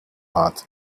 heart